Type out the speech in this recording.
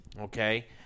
Okay